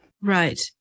Right